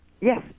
Yes